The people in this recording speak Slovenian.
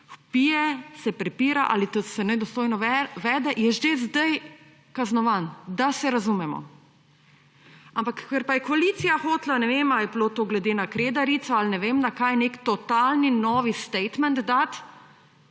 vpije, se prepira ali se nedostojno vede, je že zdaj kaznovan. Da se razumemo! Ampak ker pa je koalicija hotela, ne vem, ali je bilo to glede na Kredarico ali ne vem na kaj, nek totalen nov statement dati,